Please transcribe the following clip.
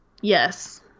Yes